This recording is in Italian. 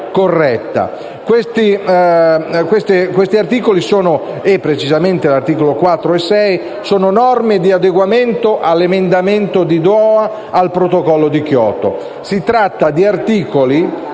Gli articoli 4 e 6 sono norme di adeguamento all'emendamento di Doha al protocollo di Kyoto.